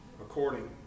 according